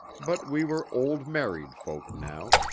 but we were old married folk now,